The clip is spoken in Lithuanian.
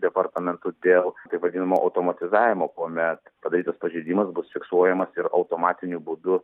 departamentu dėl taip vadinamo automatizavimo kuomet padarytas pažeidimas bus fiksuojamas ir automatiniu būdu